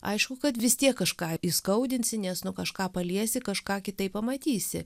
aišku kad vis tiek kažką įskaudinsi nes nu kažką paliesi kažką kitaip pamatysi